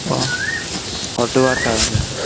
ஒரு two hours ஆகும் sir